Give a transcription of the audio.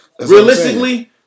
Realistically